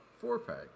four-pack